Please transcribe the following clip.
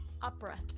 opera